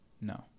no